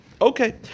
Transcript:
Okay